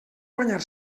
guanyar